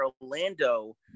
Orlando